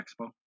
Expo